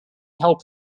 help